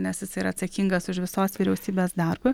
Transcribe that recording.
nes jis yra atsakingas už visos vyriausybės darbą